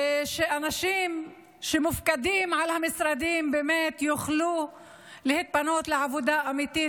ושהאנשים שמופקדים על המשרדים באמת יוכלו להתפנות לעבודה אמיתית